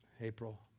April